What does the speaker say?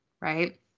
right